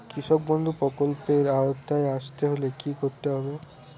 কৃষকবন্ধু প্রকল্প এর আওতায় আসতে হলে কি করতে হবে?